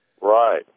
Right